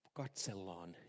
katsellaan